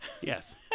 Yes